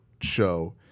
show